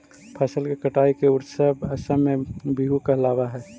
फसल के कटाई के उत्सव असम में बीहू कहलावऽ हइ